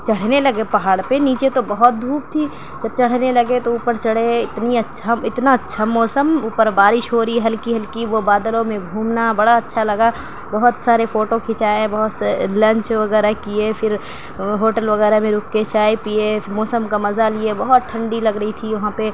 چڑھنے لگے پہاڑ پہ نیچے تو بہت دھوپ تھی تو چڑھنے لگے تو اوپر چڑھے اتنى اچّھا اتنا اچّھا موسم اوپر بارش ہو رہى ہے ہلکی ہلکی وہ بادلوں ميں گھومنا بڑا اچّھا لگا بہت سارے فوٹو كھنچائے بہت لنچ وغیرہ کیے پھر ہوٹل وغیرہ میں رک کے چائے پیئے پھر موسم کا مزہ لیے بہت ٹھنڈی لگ رہی تھی وہاں پہ